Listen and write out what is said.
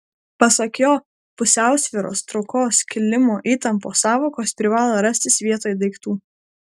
pasak jo pusiausvyros traukos kilimo įtampos sąvokos privalo rastis vietoj daiktų